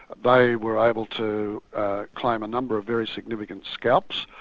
they were able to claim a number of very significant scalps,